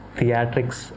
Theatrics